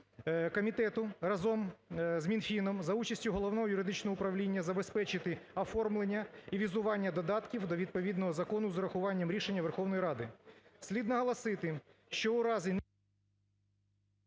комітету, разом з Мінфіном, за участю Головного юридичного управління, забезпечити оформлення і візування додатків до відповідного закону з урахуванням рішення Верховної Ради. Слід наголосити, що у разі…